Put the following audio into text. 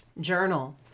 journal